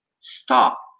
stop